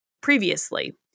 previously